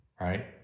right